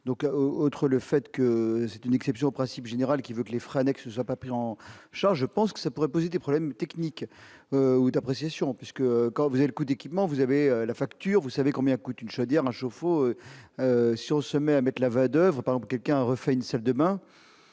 là au outre le fait que c'est une exception au principe général qui veut que les frais annexes soient pas pris en charge, je pense que ça pourrait poser des problèmes techniques ou d'appréciation puisque quand vous et le coût d'équipements, vous avez la facture, vous savez combien coûte une c'est-à-dire un chauffe-eau si on se met avec la devra quelqu'un refait une salle demain,